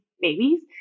babies